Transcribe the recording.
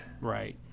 Right